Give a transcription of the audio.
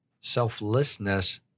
Selflessness